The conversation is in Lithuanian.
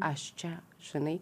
aš čia žinai